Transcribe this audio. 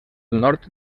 nord